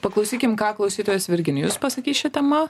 paklausykim ką klausytojas virginijus pasakys šia tema